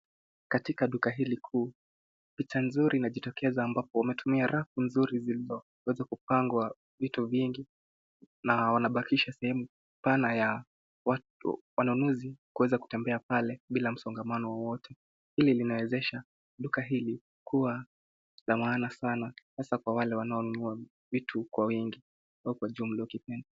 Katika duka hili kuu, picha nzuri inajitokeza ambapo wametumia rafu nzuri zilizoweza kupangwa vitu vingi na wanabakisha sehemu pana ya watu, wanunuzi kuweza kutembea pale bila msongamano wowote. Hili linawezesha duka hili kuwa la maana sana hasa kwa wale wanaonunua vitu kwa wingi au kwa jumla ukipenda.